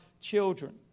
children